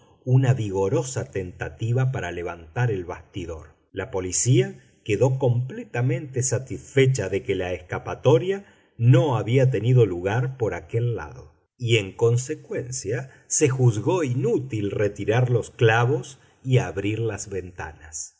una vigorosa tentativa para levantar el bastidor la policía quedó completamente satisfecha de que la escapatoria no había tenido lugar por aquel lado y en consecuencia se juzgó inútil retirar los clavos y abrir las ventanas